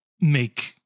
make